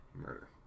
murder